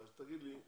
אז תגיד לי,